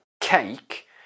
cake